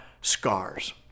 scars